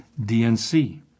DNC